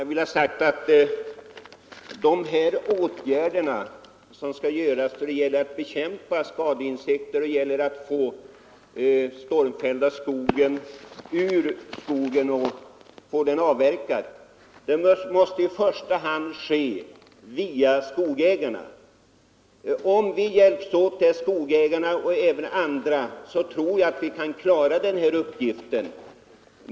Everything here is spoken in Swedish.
Herr talman! De åtgärder som skall vidtas när det gäller att bekämpa skadeinsekter och när det gäller att få den stormfällda skogen avverkad måste i första hand vidtas via skogsägarna. Om vi hjälps åt — skogsägare och skogstjänstemän — tror jag att vi kan klara den uppgiften.